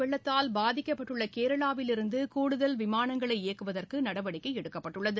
வெள்ளத்தால் பாதிக்கப்பட்டுள்ள கேரளாவிலிருந்து கூடுதல் விமானங்களை இயக்குவதற்கு நடவடிக்கை எடுக்கப்பட்டுள்ளது